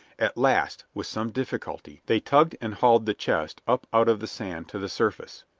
at last, with some difficulty, they tugged and hauled the chest up out of the sand to the surface,